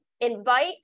invite